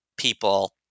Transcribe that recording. people